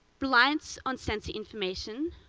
reliance on sense information,